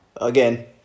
again